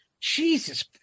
Jesus